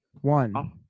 One